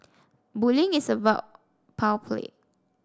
bullying is about power play